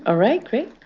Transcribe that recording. ah right. great.